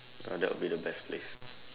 uh that would be the best place